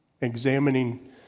examining